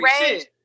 rage